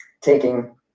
taking